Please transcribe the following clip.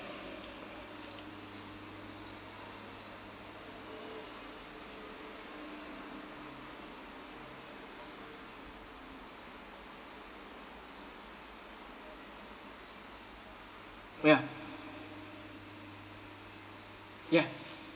ya ya